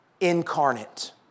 Incarnate